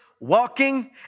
walking